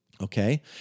okay